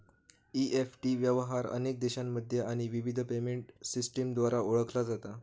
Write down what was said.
EFT व्यवहार अनेक देशांमध्ये आणि विविध पेमेंट सिस्टमद्वारा ओळखला जाता